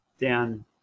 down